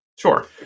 Sure